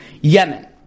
Yemen